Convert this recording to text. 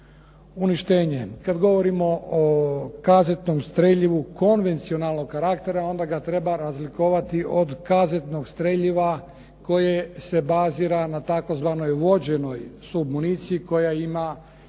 uništenje. Kad govorimo o kazetnom streljivu konvencionalnog karaktera, onda ga treba razlikovati od kazetnog streljiva koje se bazira na tzv. vođenoj submuniciji koja ima